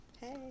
hey